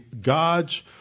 God's